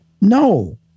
No